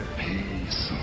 peace